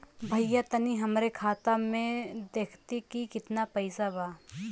भईया तनि हमरे खाता में देखती की कितना पइसा बा?